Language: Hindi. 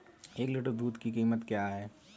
एक लीटर दूध की कीमत क्या है?